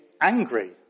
angry